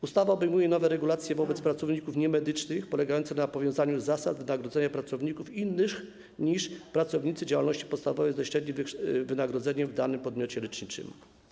Ustawa obejmuje nowe regulacje wobec pracowników niemedycznych polegające na powiązaniu zasad wynagrodzenia pracowników innych niż pracownicy działalności podstawowej ze średnim wynagrodzeniem w danym podmiocie leczniczym.